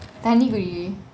தண்ணி குடி:thanni kudi